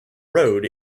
road